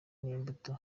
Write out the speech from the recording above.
n’imbuto